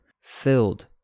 filled